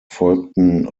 folgten